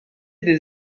des